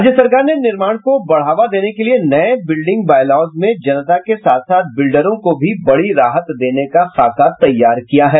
राज्य सरकार ने निर्माण को बढ़ावा देने के लिए नये बिल्डिंग बायलॉज में जनता के साथ साथ बिल्डरों को भी बड़ी राहत देने का खाका तैयार किया है